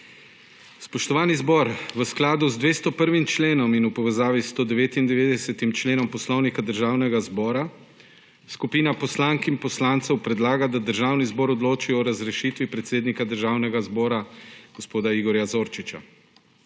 Spoštovani zbor! V skladu z 201. členom in v povezavi s 199. členom Poslovnika Državnega zbora skupina poslank in poslancev predlaga, da Državni zbor odloči o razrešitvi predsednika Državnega zbora gospoda Igorja Zorčiča.